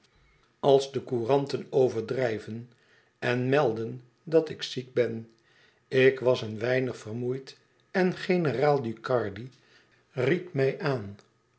als de couranten overdrijven en melden dat ik ziek ben ik was een weinig vermoeid en generaal ducardi ried mij aan